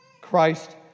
Christ